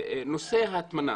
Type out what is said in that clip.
נושא ההטמנה,